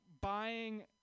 buying